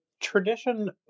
tradition